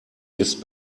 ist